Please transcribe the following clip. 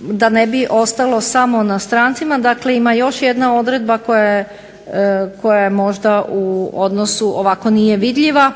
da ne bi ostalo samo na strancima, dakle ima još jedna odredba koja možda u odnosu ovako nije vidljiva,